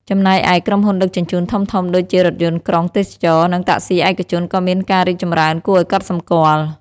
ចំណែកឯ ក្រុមហ៊ុនដឹកជញ្ជូន ធំៗដូចជារថយន្តក្រុងទេសចរណ៍ និងតាក់ស៊ីឯកជនក៏មានការរីកចម្រើនគួរឲ្យកត់សម្គាល់។